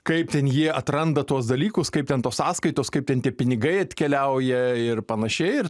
kaip ten jie atranda tuos dalykus kaip ten tos sąskaitos kaip ten tie pinigai atkeliauja ir panašiai ir